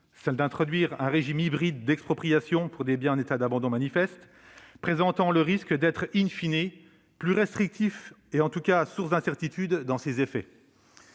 elle introduisait en effet un régime hybride d'expropriation pour les biens en état d'abandon manifeste, présentant le risque d'être plus restrictif et en tout cas source d'incertitudes dans ses effets.